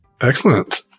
Excellent